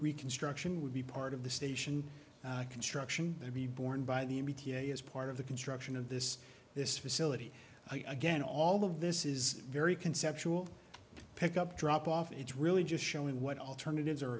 reconstruction would be part of the station construction would be borne by the n p t as part of the construction of this this facility again all of this is very conceptual pick up drop off it's really just showing what alternatives are